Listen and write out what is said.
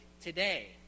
today